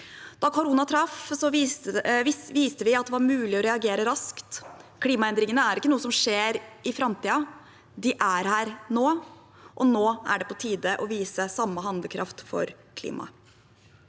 Da koronaen traff, viste vi at det var mulig å reagere raskt. Klimaendringene er ikke noe som skjer i framtiden. De er her nå, og nå er det på tide å vise samme handlekraft for klimaet.